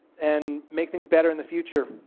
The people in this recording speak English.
and make things better in the future